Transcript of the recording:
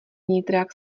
nitrák